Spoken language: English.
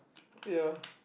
ya